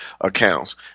accounts